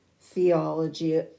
theology